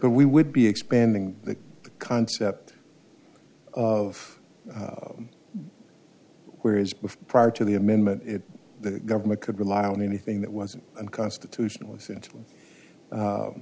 we would be expanding the concept of where is before prior to the amendment the government could rely on anything that wasn't unconstitutional essential